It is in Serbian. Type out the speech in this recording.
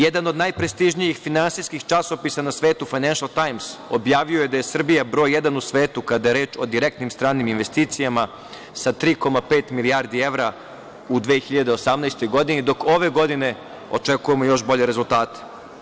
Jedan od najprestižnijih finansijskih časopisa na svetu „Fajnenšel Tajms“ objavio je da Srbija broj jedan u svetu kada je reč o direktnim stranim investicijama sa 3,5 milijardi evra u 2018. godini, dok ove godine očekujemo još bolje rezultate.